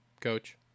Coach